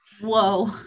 Whoa